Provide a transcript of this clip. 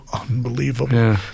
unbelievable